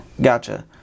Gotcha